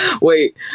Wait